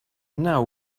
now